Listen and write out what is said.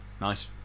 Nice